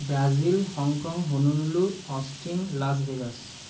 Brazil Hong Kong Honolulu Austin Las Vegas